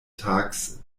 tags